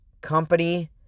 company